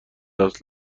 است